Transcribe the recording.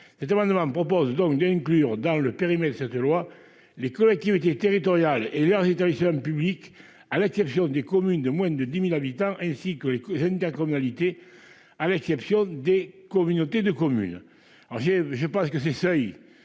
cet amendement propose donc d'inclure dans le périmètre de cette loi, les collectivités territoriales et leurs établissements publics à la terrifiante des communes de moins de 10000 habitants, ainsi que les intercommunalité à l'exception des communautés de communes,